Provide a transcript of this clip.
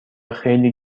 خیلی